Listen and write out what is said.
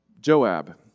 Joab